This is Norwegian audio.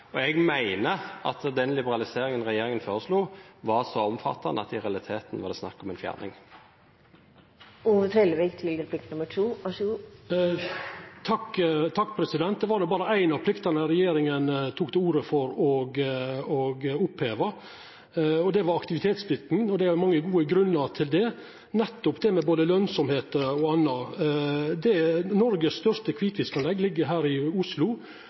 at den liberaliseringen regjeringen foreslo, var så omfattende at det i realiteten var snakk om en fjerning. Det var berre ei av pliktene regjeringa tok til orde for å oppheva, og det var aktivitetsplikta. Det er mange gode grunnar til det, nettopp det med både lønsemd og anna. Noregs største kvitfiskanlegg ligg her i Oslo,